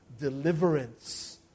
Deliverance